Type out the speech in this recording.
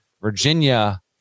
Virginia